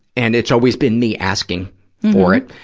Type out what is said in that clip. and it's always been me asking for it